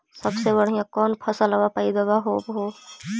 सबसे बढ़िया कौन फसलबा पइदबा होब हो?